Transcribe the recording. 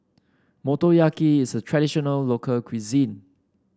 Motoyaki is a traditional local cuisine